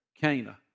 Cana